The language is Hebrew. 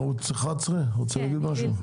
ערוץ 11, רוצה להגיד משהו?